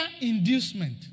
inducement